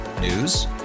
News